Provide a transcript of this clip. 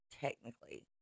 technically